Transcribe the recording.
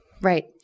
Right